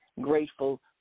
grateful